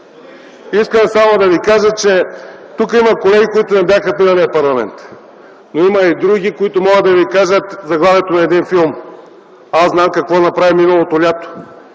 Искам само да ви кажа, че тук има колеги, които не бяха в миналия парламент, но има и други, които могат да ви кажат заглавието на един филм: „Аз знам какво направи миналото лято”.